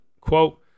Quote